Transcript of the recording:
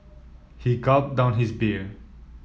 he gulped down his beer